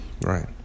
Right